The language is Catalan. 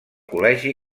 col·legi